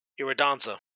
Iridanza